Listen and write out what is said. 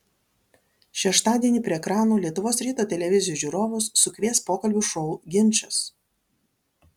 šeštadienį prie ekranų lietuvos ryto televizijos žiūrovus sukvies pokalbių šou ginčas